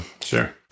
Sure